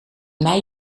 mij